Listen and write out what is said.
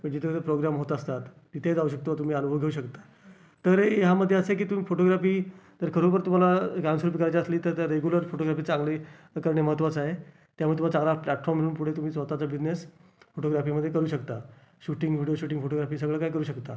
मग जिथं जिथं प्रोग्रॅम होत असतात तिथे जाऊ शकतो तुम्ही अनुभव घेऊ शकता तर हे ह्यामध्ये असं आहे की तुम्ही फोटोग्राफी तर खरोखर तुम्हाला करायची असली तर तुम्हाला रेग्युलर फोटोग्राफी चांगली करणे महत्वाचं आहे त्यामुळे तुम्हाला चांगला प्लॅटफॉर्म मिळून पुढे तुम्ही स्वतःचा बिजनेस फोटोग्राफीमध्ये करू शकता शूटिंग व्हिडिओ शूटिंग फोटोग्राफी सगळं काही करु शकता